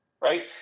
right